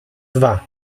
dwa